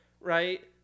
right